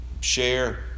Share